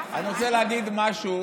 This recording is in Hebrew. אני רוצה להגיד משהו